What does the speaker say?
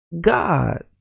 God